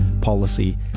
policy